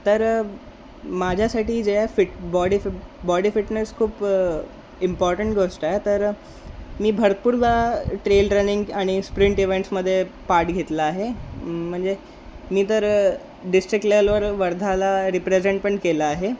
तर माझ्यासाठी जे आहे फिट बॉडी बॉडी फिटनेस खूप इम्पॉर्टंट गोष्ट आहे तर मी भरपूरदा ट्रेल रनिंग आणि स्प्रिंट इवेंट्समदे पार्ट घेतलेला आहे म्हणजे मी तर डिस्ट्रिक्ट लेवलवर वर्धाला रिप्रेझेंट पण केलं आहे